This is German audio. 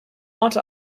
orte